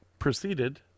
proceeded